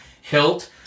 hilt